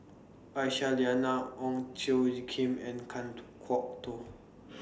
Aisyah Lyana Ong Tjoe Kim and Kan Kwok Toh